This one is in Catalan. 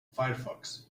firefox